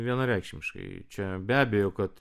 vienareikšmiškai čia be abejo kad